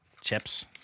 chips